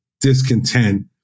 discontent